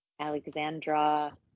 Alexandra